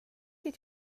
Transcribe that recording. did